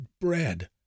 bread